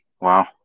Wow